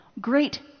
great